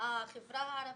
החברה הערבית,